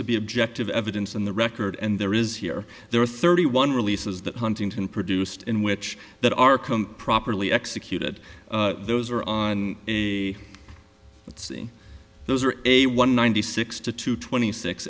to be objective evidence in the record and there is here there are thirty one releases that huntington produced in which that arkham properly executed those are on a let's see those are a one ninety six to two twenty six